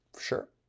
Sure